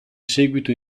seguito